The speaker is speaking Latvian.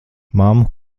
mammu